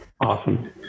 Awesome